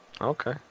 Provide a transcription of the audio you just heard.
Okay